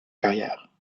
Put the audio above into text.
carrière